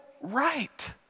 right